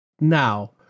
Now